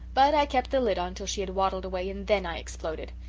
but i kept the lid on till she had waddled away and then i exploded.